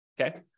okay